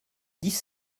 dix